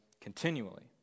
continually